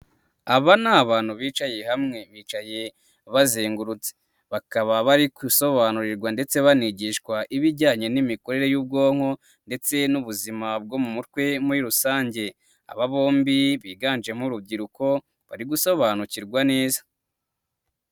Aba ni abantu bicaye hamwe, bicaye bazengurutse. Bakaba bari gusobanurirwa ndetse banigishwa ibijyanye n'imikorere y'ubwonko ndetse n'ubuzima bwo mu mutwe muri rusange. Aba bombi biganjemo urubyiruko bari gusobanukirwa neza.